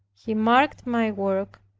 he marked my work,